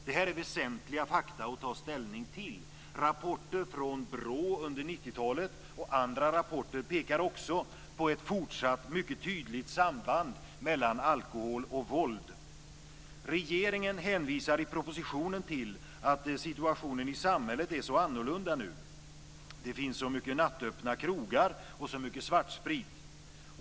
Detta är väsentliga fakta att ta ställning till. Rapporter från BRÅ under 90-talet och andra rapporter pekar också på ett fortsatt mycket tydligt samband mellan alkohol och våld. Regeringen hänvisar i propositionen till att situationen i samhället är så annorlunda nu. Det finns så många nattöppna krogar och så mycket svartsprit.